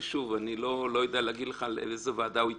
ושוב אני לא יודע להגיד לך לאיזה וועדה הוא התכוון,